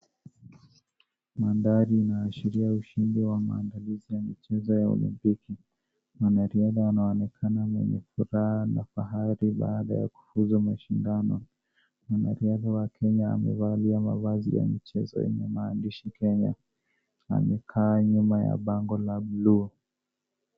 Mandhari inaashiria ushindi wa maandalizi ya michezo ya olimpiki wanariadha wanaonekana wenye furaha na fahari baada ya kufuzu mashindano mwanariadha wa Kenya amevalia mavazi ya michezo yenye maandishi Kenya amekaa nyuma ya bango la bluu.